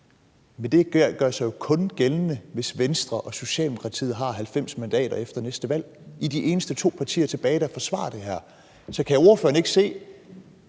Men det gør sig jo kun gældende, hvis Venstre og Socialdemokratiet har 90 mandater efter næste valg. I er de eneste to partier tilbage, der forsvarer det her. Så kan ordføreren ikke se,